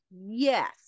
Yes